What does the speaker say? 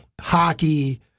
hockey